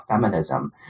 feminism